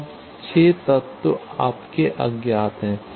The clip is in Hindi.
तो यह अब 6 अज्ञात है